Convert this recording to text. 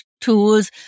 tools